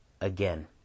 again